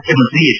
ಮುಖ್ಯಮಂತ್ರಿ ಎಚ್